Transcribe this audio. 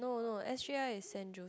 no no s_j_i is Saint Joseph